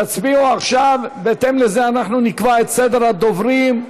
ובהתאם לזה נקבע את סדר הדוברים.